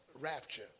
rapture